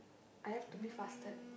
I have to be fasted